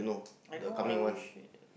I know I always shit